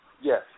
Yes